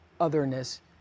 otherness